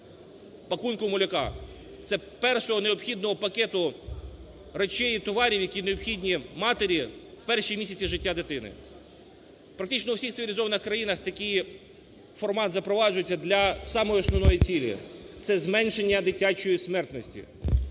пакунку малюка. Це першого необхідного пакету речей і товарів, які необхідні матері в перші місяці життя дитини. Практично у всіх цивілізованих країнах такий формат запроваджується для самої основної цілі, це зменшення дитячої смертності.